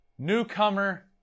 Newcomer